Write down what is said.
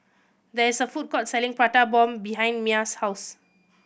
there is a food court selling Prata Bomb behind Mia's house